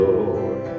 Lord